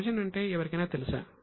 provision ఏమిటో ఎవరికైనా తెలుసా